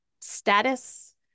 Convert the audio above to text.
status